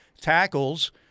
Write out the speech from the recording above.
tackles